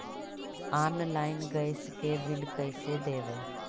Online gas के bill कैसे देबै?